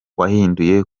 wahinduye